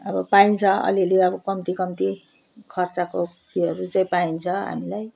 अब पाइन्छ अलि अलि अब कम्ती कम्ती खर्चको त्योहरू चाहिँ पाइन्छ हामीलाई